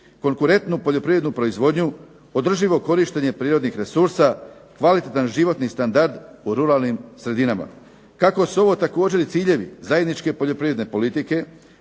konkurentnu poljoprivrednu proizvodnju, održivo korištenje prirodnih resursa, kvalitetan životni standard u ruralnim sredinama. Kako su ovo također i ciljevi zajedničke poljoprivredne politike,